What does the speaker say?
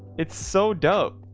it's so dope.